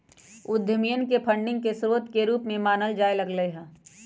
उद्यमियन के फंडिंग के स्रोत के रूप में मानल जाय लग लय